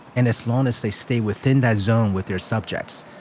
and as long as they stay within that zone with their subjects,